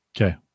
Okay